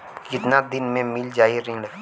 कितना दिन में मील जाई ऋण?